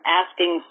asking